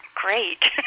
Great